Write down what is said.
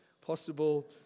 possible